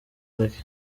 lucky